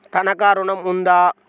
తనఖా ఋణం ఉందా?